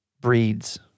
breeds